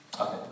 Okay